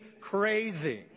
crazy